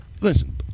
Listen